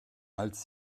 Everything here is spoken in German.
als